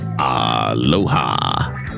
Aloha